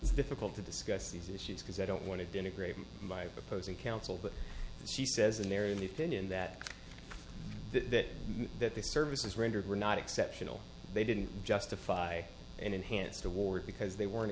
difficult to discuss these issues because i don't want to denigrate my opposing counsel but she says unerringly fit in that that that the services rendered were not exceptional they didn't justify an enhanced award because they were